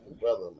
brother